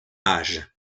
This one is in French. âge